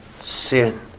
sin